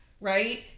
right